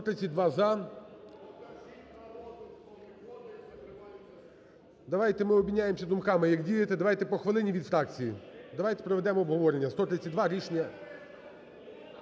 у залі) Давайте ми обміняємося думками, як діяти, давайте по хвилині від фракції. Давайте проведемо обговорення. 132. Рішення